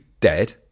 dead